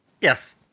Yes